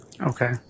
Okay